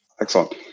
excellent